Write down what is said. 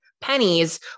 pennies